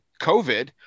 COVID